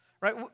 right